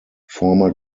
former